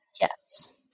Yes